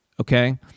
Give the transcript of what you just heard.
okay